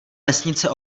vesnice